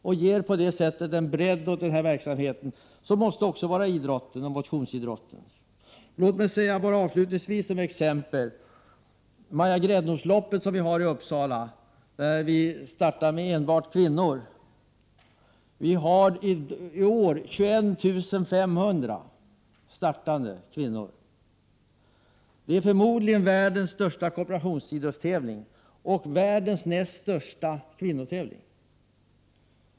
Vi ger på detta sätt bredd åt en verksamhet som också måste höra hemma inom motionsidrotten. Låt mig avslutningsvis ge ett exempel. Maja Gräddnos-loppet, som vi har i Uppsala, är öppet enbart för kvinnor. I år har vi 21 500 startande. Det är förmodligen världens största korporationsidrottstävling och världens näst största kvinnotävling.